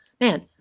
man